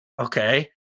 Okay